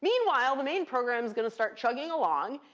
meanwhile, the main program's going to start chugging along.